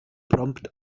prompt